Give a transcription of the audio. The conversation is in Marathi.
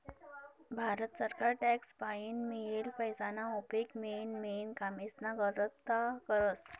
भारत सरकार टॅक्स पाईन मियेल पैसाना उपेग मेन मेन कामेस्ना करता करस